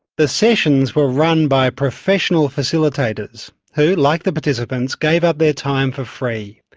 the sessions were run by professional facilitators, who like the participants gave up their time for free.